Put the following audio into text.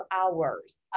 hours